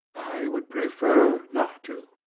i would prefer not to.